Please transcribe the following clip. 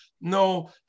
No